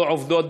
לא עובדות,